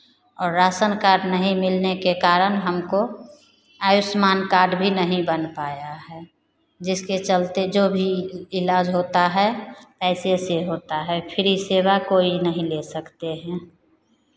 और ration card नहीं मिलने के कारण हमको आयुष्मान कार्ड भी नहीं बन पाया है जिसके चलते जो भी इलाज होता है पैसे से होता है फ्री सेवा कोई नहीं ले सकते हैं